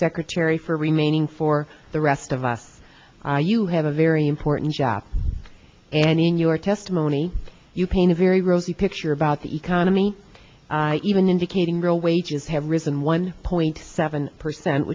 secretary for remaining for the rest of us you have a very important job and in your testimony you paint a very rosy picture about the economy even indicating real wages have risen one point seven percent